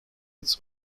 its